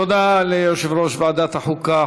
תודה ליושב-ראש ועדת החוקה,